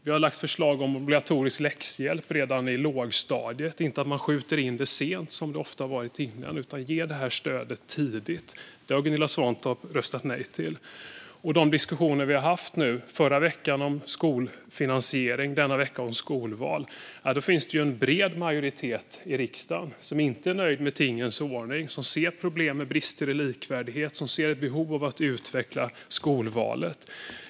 Vi har lagt fram förslag om obligatorisk läxhjälp redan i lågstadiet i stället för att detta skjuts in sent, som ofta skett innan. I stället ska stödet ges tidigt. Detta har Gunilla Svantorp röstat nej till. I de diskussioner vi nu har haft, förra veckan om skolfinansiering och denna vecka om skolval, finns det en bred majoritet i riksdagen som inte är nöjd med tingens ordning utan ser problem med bristande likvärdighet och ett behov av att utveckla skolvalet.